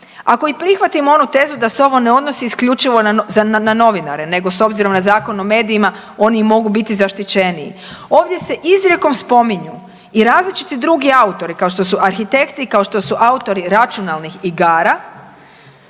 Ako i prihvatimo onu tezu da se ovo ne odnosi isključivo na novinare nego s obzirom na Zakon o medijima oni i mogu biti zaštićeniji, ovdje se izrijekom spominju i različiti drugi autori, kao što su arhitekti, kao što su autori računalnih igara